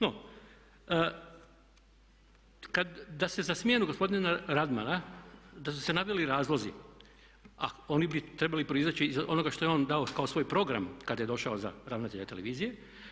No, da se za smjenu gospodina Radmana da su se naveli razlozi, a oni bi trebali proizaći iz onoga što je on dao kao svoj program kada je došao za ravnatelja televizije.